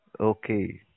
okay